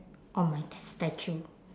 on my statue